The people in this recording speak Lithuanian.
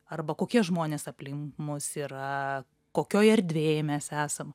arba kokie žmonės aplink mus yra kokioj erdvėj mes esam